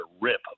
rip